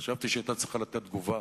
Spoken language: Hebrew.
חשבתי שהמדינה היתה צריכה לתת תגובה.